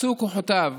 אפסו כוחותיו.